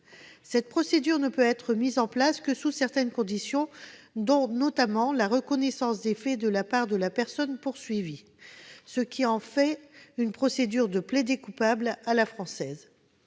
Elle ne peut être mise en place que sous certaines conditions, notamment la reconnaissance des faits par la personne poursuivie, ce qui en fait une procédure de plaider-coupable à la française.